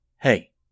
Hey